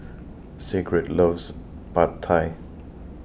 Sigrid loves Pad Thai